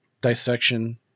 dissection